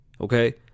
okay